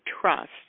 trust